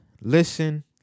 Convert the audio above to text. listen